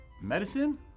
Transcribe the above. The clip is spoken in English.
Medicine